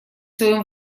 своем